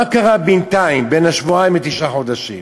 מה קרה בינתיים, בין השבועיים לתשעה חודשים?